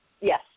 Yes